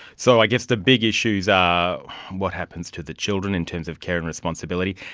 so i guess the big issues are what happens to the children in terms of care and responsibility,